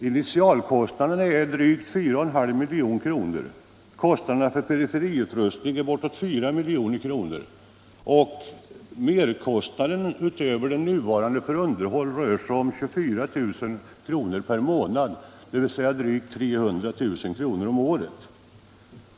Initialkostnaderna är drygt 4,5 milj.kr., kostnaderna för periferiutrustning är bortåt 4 milj.kr. och merkostnaden — utöver den nuvarande — för underhåll rör sig om 24 000 kr. per månad, dvs. drygt 300 000 kr. om året.